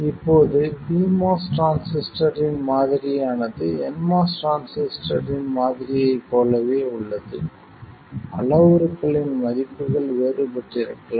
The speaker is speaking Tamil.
இப்போது pMOS டிரான்சிஸ்டரின் மாதிரியானது nMOS டிரான்சிஸ்டரின் மாதிரியைப் போலவே உள்ளது அளவுருக்களின் மதிப்புகள் வேறுபட்டிருக்கலாம்